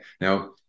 Now